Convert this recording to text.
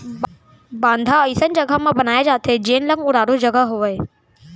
बांधा अइसन जघा म बनाए जाथे जेन लंग उरारू जघा होवय